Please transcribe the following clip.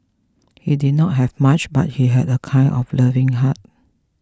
he did not have much but he had a kind and loving heart